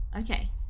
okay